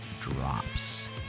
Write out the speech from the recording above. drops